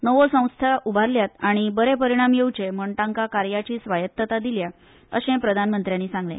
नव्यो संस्था उबारल्यात आनी बरे परीणाम येवचे म्हण तांका कार्याची स्वायत्तता दिल्या अशें प्रधानमंत्र्यांनी सांगले